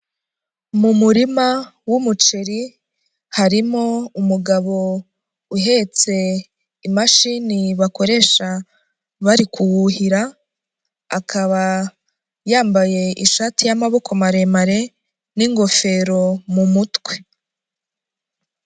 Mu murima w'umuceri harimo umugabo uhetse imashini bakoresha bari kuwuhira, akaba yambaye ishati y'amaboko maremare n'ingofero mu mutwe.